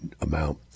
amount